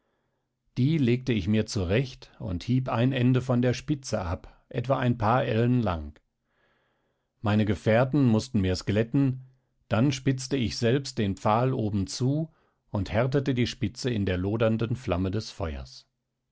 die legte ich mir zurecht und hieb ein ende von der spitze ab etwa ein paar ellen lang meine gefährten mußten mir's glätten dann spitzte ich selbst den pfahl oben zu und härtete die spitze in der lodernden flamme des feuers